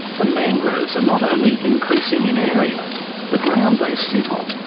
the mangroves are not only increasing in area the ground they sit on,